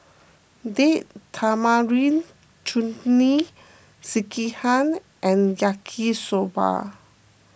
Date Tamarind Chutney Sekihan and Yaki Soba